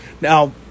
Now